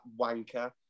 wanker